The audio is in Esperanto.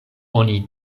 oni